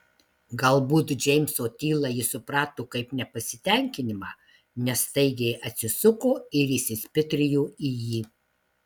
galbūt džeimso tylą ji suprato kaip nepasitenkinimą nes staigiai atsisuko ir įsispitrėjo į jį